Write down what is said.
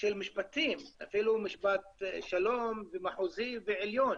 של משפטים, אפילו משפט שלום ומחוזי ועליון